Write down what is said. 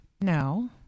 No